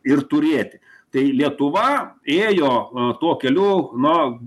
ir turėti tai lietuva ėjo tuo keliu nu